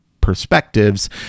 perspectives